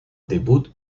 debut